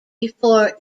before